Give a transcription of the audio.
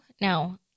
no